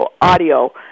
audio